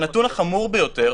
הנתון החמור ביותר